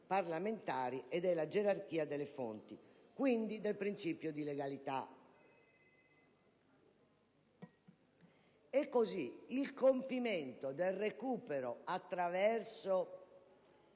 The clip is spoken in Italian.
parlamentari e la gerarchia delle fonti, quindi il principio di legalità. E così il recupero - attraverso